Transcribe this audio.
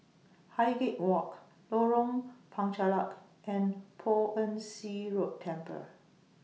Highgate Walk Lorong Penchalak and Poh Ern Shih Temple